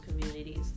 communities